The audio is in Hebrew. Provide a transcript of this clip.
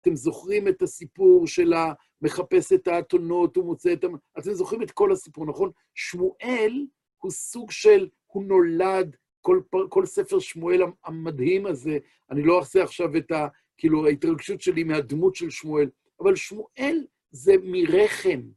אתם זוכרים את הסיפור של המחפש את האתונות, הוא מוצא את ה... אתם זוכרים את כל הסיפור, נכון? שמואל הוא סוג של, הוא נולד, כל ספר שמואל המדהים הזה, אני לא אעשה עכשיו את ה... כאילו, ההתרגשות שלי מהדמות של שמואל, אבל שמואל זה מרחם.